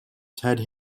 ted